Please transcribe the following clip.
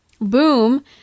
boom